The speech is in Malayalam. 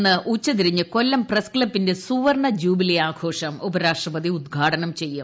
അന്നു ഉച്ചതിരിഞ്ഞ് കൊല്ലം പ്രസ് ക്സബ്ബിന്റെ സുവർണ ജൂബിലി ആഘോഷം ഉപരാഷ്ട്രപതി ഉദ്ഘാടനം ചെയ്യും